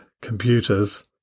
computers